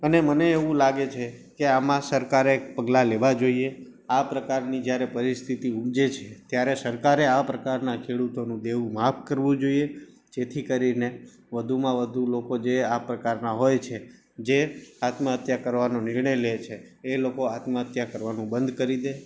અને મને એવું લાગે છે કે આમાં સરકારે પગલાં લેવા જોઈએ આ પ્રકારની જયારે પરિસ્થિતિ ઉપજે છે ત્યારે સરકારે એ આ પ્રકારના ખેડૂતોનું દેવું માફ કરવું જોઈએ જેથી કરીને વધુમાં વધુ લોકો જે આ પ્રકારના હોય છે જે આત્મહત્યા કરવાનો નિર્ણય લે છે એ લોકો આત્મહત્યા કરવાનું બંધ કરી દે